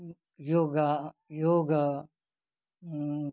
yoga yoga